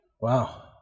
Wow